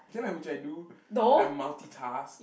ya lah which I do I multi task